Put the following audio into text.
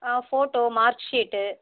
ah photo mark seat